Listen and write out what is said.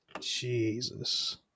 Jesus